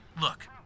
Look